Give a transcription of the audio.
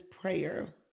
prayer